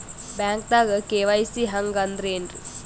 ಬ್ಯಾಂಕ್ದಾಗ ಕೆ.ವೈ.ಸಿ ಹಂಗ್ ಅಂದ್ರೆ ಏನ್ರೀ?